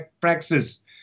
praxis